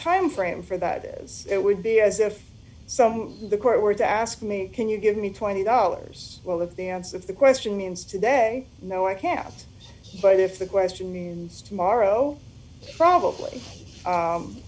timeframe for that is it would be as if some in the court were to ask me can you give me twenty dollars well the dance of the question means today no i can't but if the question means tomorrow probably